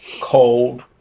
cold